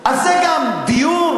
אז זה גם דיור,